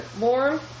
warm